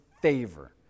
favor